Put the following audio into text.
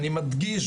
אני מדגיש,